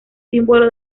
símbolo